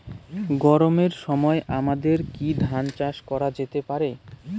গরমের সময় আমাদের কি ধান চাষ করা যেতে পারি?